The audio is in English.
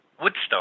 Woodstock